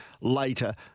later